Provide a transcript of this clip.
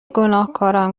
گناهکاران